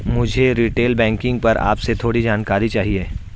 मुझे retail banking पर आपसे थोड़ी जानकारी चाहिए